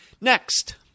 Next